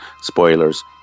Spoilers